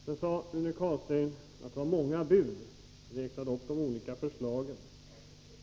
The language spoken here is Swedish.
Rune Carlstein sade vidare att det var många bud och räknade upp de olika förslagen.